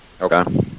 Okay